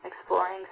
exploring